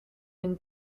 une